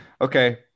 Okay